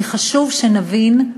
כי חשוב שנבין,